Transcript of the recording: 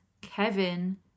Kevin